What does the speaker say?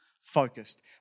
focused